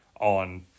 on